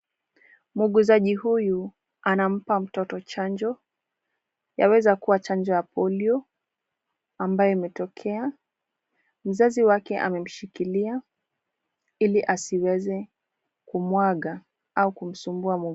Muuguzaji huyu anampa mtoto chanjo. Yawezakuwa chanjo ya polio ambayo imetokea. Mzazi wake amemshikilia ili asiwezi kumwaga au kumsumbua muuguzi.